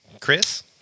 Chris